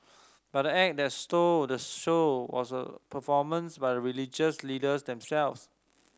but act that stole the show was a performance by the religious leaders themselves